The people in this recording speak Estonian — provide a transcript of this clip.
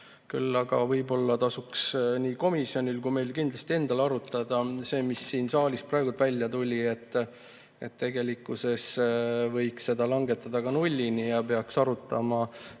Küll aga võib-olla tasuks nii komisjonil kui meil endal arutada seda, mis siin saalis praegu välja tuli: et tegelikkuses võiks selle langetada ka 0-ni ja peaks arutama,